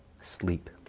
sleep